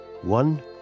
One